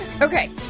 Okay